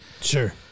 Sure